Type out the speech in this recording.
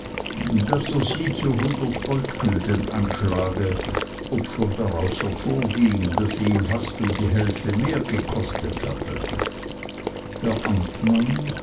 daß er sie zu hundert goldgülden anschlage obschon daraus hervorging daß sie ihm fast um die hälfte mehr gekostet hatte der amtmann